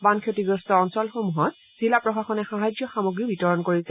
বান ক্ষতিগ্ৰস্ত অঞ্চলসমূহত জিলাপ্ৰশাসনে সাহায্য সামগ্ৰী বিতৰণ কৰিছে